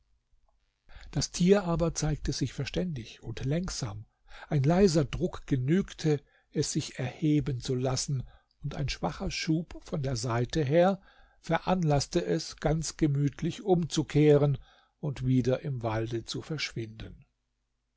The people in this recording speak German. das tier aber zeigte sich verständig und lenksam ein leiser druck genügte es sich erheben zu lassen und ein schwacher schub von der seite her veranlaßte es ganz gemütlich umzukehren und wieder im walde zu verschwinden